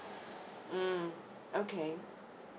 mm okay